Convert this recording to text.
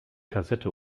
kassette